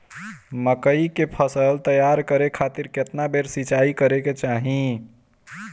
मकई के फसल तैयार करे खातीर केतना बेर सिचाई करे के चाही?